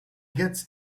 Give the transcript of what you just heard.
gets